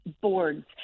boards